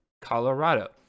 Colorado